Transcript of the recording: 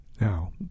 Now